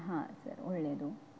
ಹಾಂ ಸರ್ ಒಳ್ಳೆಯದು